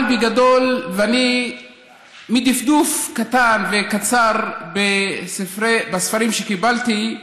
אבל בגדול, מדפדוף קטן וקצר בספרים שקיבלתי,